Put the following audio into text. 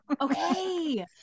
Okay